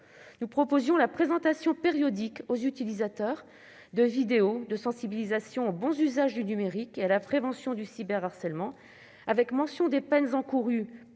Nous proposions la présentation périodique aux utilisateurs de vidéos de sensibilisation aux bons usages du numérique et à la prévention du cyberharcèlement, avec mention des peines encourues